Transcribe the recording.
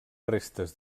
restes